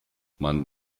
man